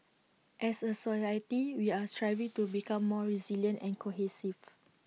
as A society we are striving to become more resilient and cohesive